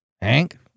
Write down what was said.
Hank